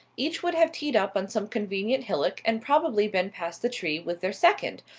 each would have teed up on some convenient hillock and probably been past the tree with their second,